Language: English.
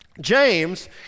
James